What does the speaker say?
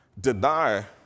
deny